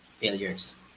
failures